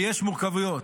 ויש מורכבויות,